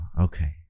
Okay